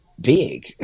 big